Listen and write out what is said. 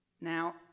Now